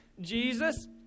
Jesus